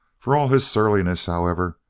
for all his surliness, however,